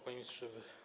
Panie Ministrze!